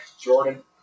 Jordan